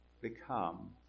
become